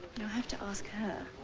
you'll have to ask her.